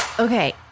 Okay